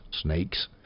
snakes